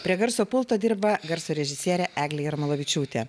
prie garso pulto dirba garso režisierė eglė jarmolavičiūtė